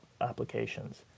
applications